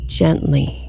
gently